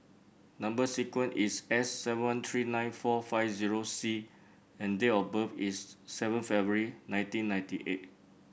number sequence is S seven three nine four five zero C and date of birth is seven February nineteen ninety eight